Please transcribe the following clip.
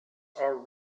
are